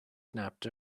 snapped